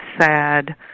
sad